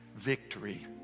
victory